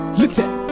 listen